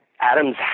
Adams